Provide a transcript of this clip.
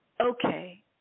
Okay